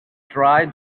dry